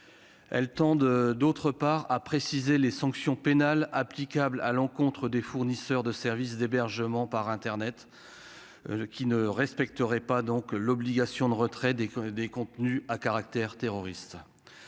elles tendent, d'autre part, a précisé les sanctions pénales applicables à l'encontre des fournisseurs de services d'hébergement par Internet qui ne respecteraient pas donc l'obligation de retrait des cons et des contenus à caractère terroriste